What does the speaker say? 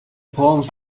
palms